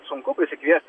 sunku prisikviesti